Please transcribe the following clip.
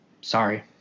Sorry